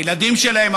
הילדים שלהם,